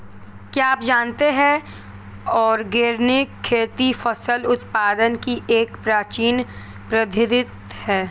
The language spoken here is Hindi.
क्या आप जानते है ऑर्गेनिक खेती फसल उत्पादन की एक प्राचीन पद्धति है?